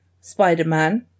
Spider-Man